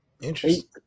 Interesting